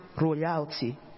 royalty